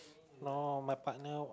no my partner